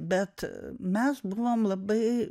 bet mes buvom labai